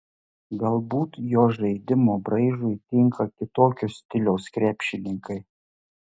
galbūt jo žaidimo braižui tinka kitokio stiliaus krepšininkai